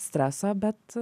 streso bet